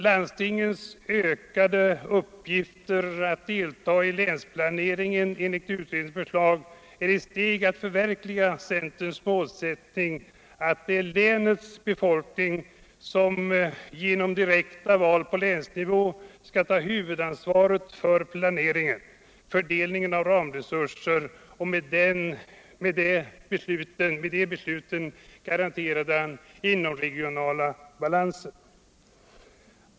Landstingens ökade uppgifter och deltagande i länsplaneringen enligt utredningens förslag är ett steg mot förverkligandet av centerns målsättning att det är länets befolkning som genom direkta val på länsnivå skall ta huvudansvaret för planeringen och för fördelningen av ramresurser samt att med de besluten garantera den inomregionala balansen.